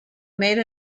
made